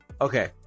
Okay